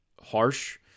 harsh